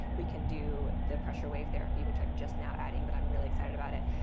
we can do the pressure wave therapy which i'm just now adding, but i'm really excited about it.